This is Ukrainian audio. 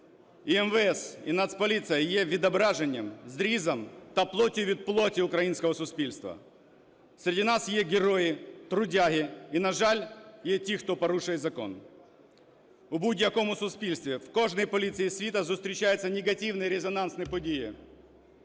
І МВС, і Нацполіція є відображенням, зрізом та плоттю від плоті українського суспільства. Серед нас є герої, трудяги і, на жаль, є ті, хто порушує закон. В будь-якому суспільстві в кожній поліції світу зустрічаються негативні резонансні події.